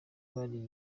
buriye